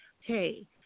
Hey